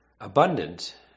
abundant